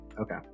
okay